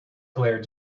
player